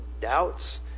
doubts